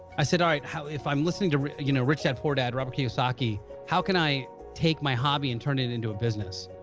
i said alright, if i'm listening to you know rich dad poor dad robert kiyosaki how can i take my hobby and turn it into a business?